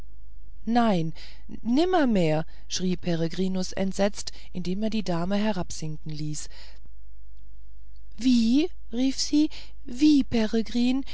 nein nimmermehr schrie peregrinus entsetzt indem er die dame hinabsinken ließ wie rief diese wie peregrin